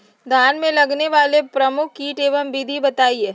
धान में लगने वाले प्रमुख कीट एवं विधियां बताएं?